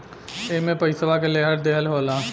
एईमे पइसवो के लेहल दीहल होला